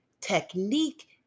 technique